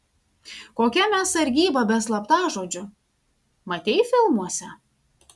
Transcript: kokia mes sargyba be slaptažodžių matei filmuose